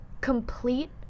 Complete